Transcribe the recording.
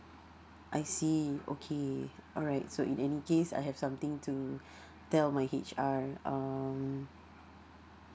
I see okay alright so in any case I have something to tell my H_R um